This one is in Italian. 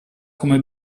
come